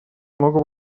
много